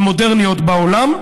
המודרניות בעולם.